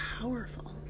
powerful